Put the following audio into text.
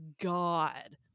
god